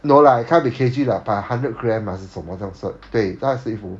no lah can't be K_G lah per hundred gram lah 还是什么对